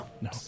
No